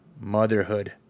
motherhood